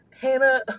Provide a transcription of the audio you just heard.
Hannah